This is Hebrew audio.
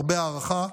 הרבה הערכה.